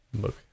Look